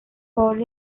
for